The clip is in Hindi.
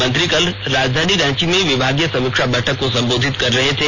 मंत्री कल राजधानी रांची में विभागीय समीक्षा बैठक को संबोधित कर रहे थे